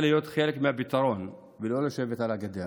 להיות חלק מהפתרון ולא לשבת על הגדר.